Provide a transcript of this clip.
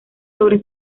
sobre